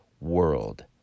world